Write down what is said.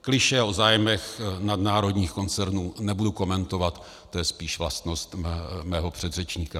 Klišé o zájmech nadnárodních koncernů nebudu komentovat, to je spíš vlastnost mého předřečníka.